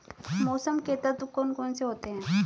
मौसम के तत्व कौन कौन से होते हैं?